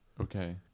okay